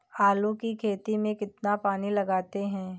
आलू की खेती में कितना पानी लगाते हैं?